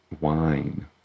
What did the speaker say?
Wine